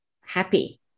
happy